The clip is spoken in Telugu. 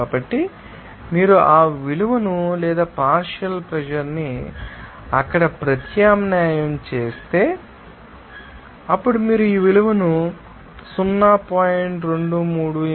కాబట్టి మీరు ఈ విలువను లేదా పార్షియల్ ప్రెషర్ ని అక్కడ ప్రత్యామ్నాయం చేస్తే అప్పుడు మీరు ఈ విలువను 0